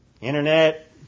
Internet